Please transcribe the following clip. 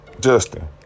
Justin